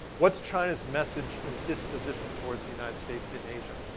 what's china's message and disposition towards the united states in asia?